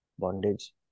bondage